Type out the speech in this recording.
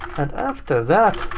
and after that,